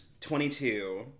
22